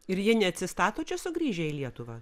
ir jie neatsistato čia sugrįžę į lietuvą